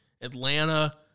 Atlanta